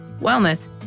wellness